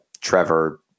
Trevor